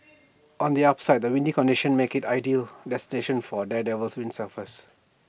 on the upside the windy conditions make IT ideal destination for daredevil windsurfers